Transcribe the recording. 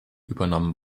übernommen